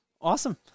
awesome